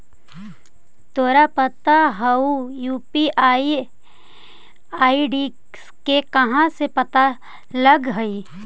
तोरा पता हउ, यू.पी.आई आई.डी के कहाँ से पता लगऽ हइ?